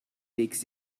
pigs